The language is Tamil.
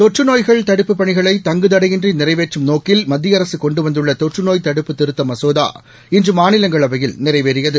தொற்று நோய்கள் தடுப்புப் பணிகளை தங்கு தடையின்றி நிறைவேற்றும் நோக்கில் மத்திய அரசு கொண்டு வந்துள்ள தொற்று நோய் தடுப்பு திருத்த மசோதா இன்று மாநிலங்களவையில் நிறைவேறியது